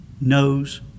knows